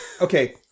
Okay